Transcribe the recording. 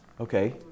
Okay